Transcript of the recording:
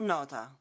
Nota